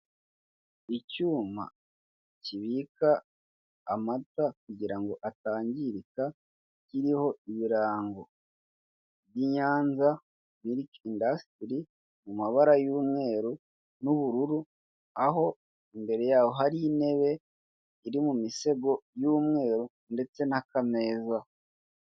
Icyuma kibika amata kugira ngo atangirika kiriho ibirango by'Inyanza miriki indasitiri mu mabara y'umweru n'ubururu, aho imbere yaho hari intebe iri mu misego y'umweru ndetse n'akameza.